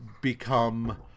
become